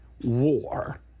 war